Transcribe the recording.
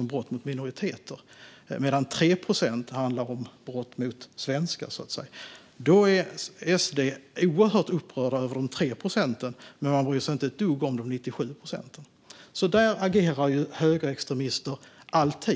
om brott mot minoriteter medan 3 procent handlar om brott mot svenskar. SD är oerhört upprörda över de 3 procenten, men de bryr sig inte ett dugg om de 97 procenten. Så agerar högerextremister alltid.